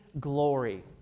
glory